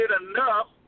enough